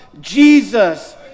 Jesus